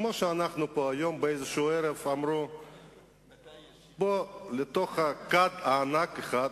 בשם בית-ספר "בית יעקב"